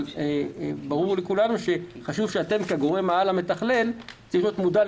ברור לכולנו שחשוב שאתם כגורם-העל המתכלל צריכים להיות מודעים,